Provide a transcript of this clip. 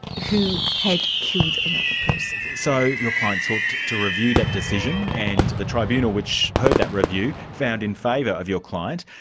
who had killed another person. so, your client sought to review that decision, and the tribunal which heard that review found in favour of your client.